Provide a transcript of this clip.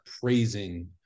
praising